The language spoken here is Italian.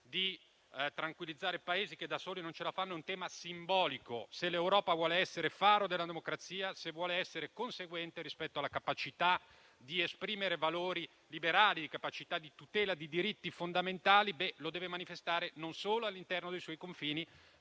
tranquillizzare i Paesi che da soli non ce la fanno, ma è un tema simbolico. Se l'Europa vuole essere faro della democrazia, se vuole essere conseguente rispetto alla capacità di esprimere valori liberali e di tutelare diritti fondamentali, lo deve manifestare non solo all'interno dei suoi confini,